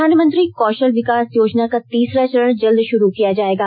प्रधानमंत्री कौशल विकास योजना का तीसरा चरण जल्द शुरू किया जायेगा